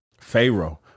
Pharaoh